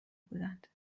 بودند